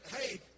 hey